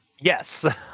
Yes